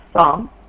song